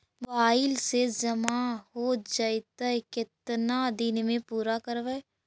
Mobile से जामा हो जैतय, केतना दिन में पुरा करबैय?